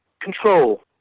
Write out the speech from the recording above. control